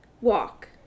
walk